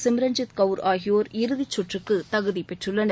சிம்ரன்ஜித் கவுர் ஆகியோர் இறுதி சுற்றுக்கு தகுதி பெற்றுள்ளனர்